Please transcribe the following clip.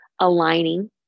aligning